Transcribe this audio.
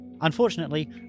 Unfortunately